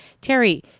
Terry